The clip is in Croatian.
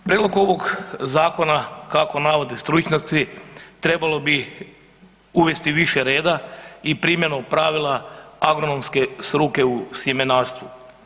Prijedlog ovog zakona kako navode stručnjaci, trebalo bi uvesti više reda i primjenom pravila agronomske struke u sjemenarstvu.